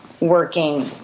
working